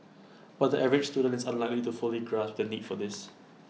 but the average student is unlikely to fully grasp the need for this